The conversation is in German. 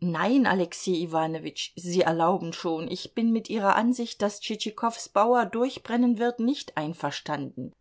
nein alexej iwanowitsch sie erlauben schon ich bin mit ihrer ansicht daß tschitschikows bauer durchbrennen wird nicht einverstanden